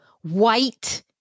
white-